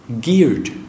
geared